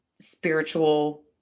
spiritual